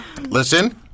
Listen